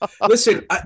Listen